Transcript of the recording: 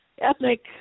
ethnic